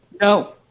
No